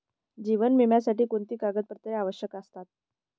जीवन विम्यासाठी कोणती कागदपत्रे आवश्यक असतात?